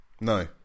no